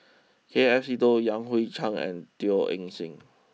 K F Seetoh Yan Hui Chang and Teo Eng Seng